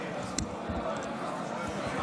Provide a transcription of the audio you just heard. אני קובע